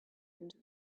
into